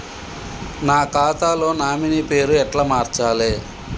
నా ఖాతా లో నామినీ పేరు ఎట్ల మార్చాలే?